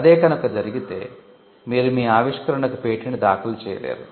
అదే కనుక జరిగితే మీరు మీ ఆవిష్కరణకు పేటెంట్ దాఖలు చేయలేరు